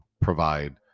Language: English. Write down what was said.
provide